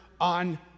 on